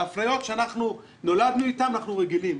לאפליות שאנחנו נולדנו איתם אנחנו רגילים.